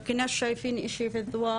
הלך לאכול פיצה עם החבר שלו,